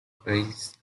based